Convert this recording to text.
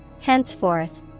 Henceforth